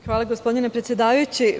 Hvala, gospodine predsedavajući.